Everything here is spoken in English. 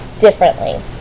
differently